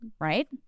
Right